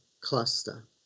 Cluster